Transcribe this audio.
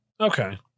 Okay